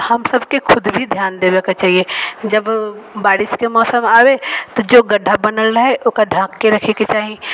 हमसबके खुद भी ध्यान देबे के चाहिए जब बारिश के मौसम आबे तऽ जो गड्ढा बनल रहे ओकरा ढक के रखे के चाही